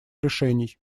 решений